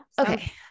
Okay